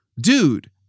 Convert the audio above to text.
dude